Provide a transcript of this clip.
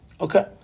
Okay